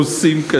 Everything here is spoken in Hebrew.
הרוסים,